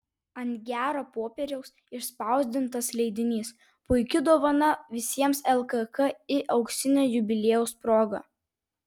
ant gero popieriaus išspausdintas leidinys puiki dovana visiems lkki auksinio jubiliejaus proga